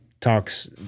talks